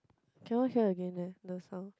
cannot hear again eh the sound